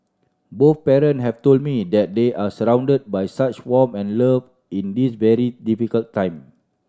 both parent have told me that they are surrounded by such warmth and love in this very difficult time